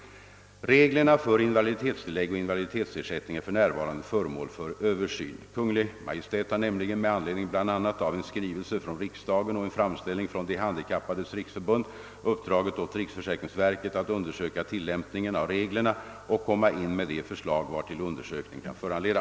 Reglerna för invaliditetstillägg och invaliditetsersättning är för närvarande föremål för översyn. Kungl. Maj:t har nämligen med anledning bl.a. av en skrivelse från riksdagen och en framställning från De handikappades riksförbund uppdragit åt riksförsäkringsverket att undersöka tillämpningen av reglerna och komma in med de förslag vartill undersökningen kan föranleda.